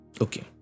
okay